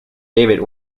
david